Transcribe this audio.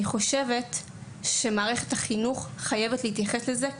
אני חושבת שמערכת החינוך חייבת להתייחס לזה,